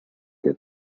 get